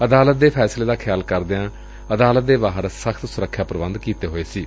ਅਦਾਲਤ ਦੇ ਫੈਸਲੇ ਦਾ ਖਿਆਲ ਕਰਦਿਆਂ ਅਦਾਲਤ ਦੇ ਬਾਹਰ ਸਖ਼ਤ ਸੁਰੱਖਿਆ ਪ੍ਬੰਧ ਕੀਤੇ ਹੋਏ ਸਨ